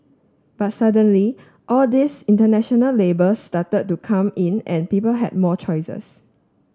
but suddenly all these international labels started to come in and people had more choices